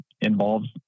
involves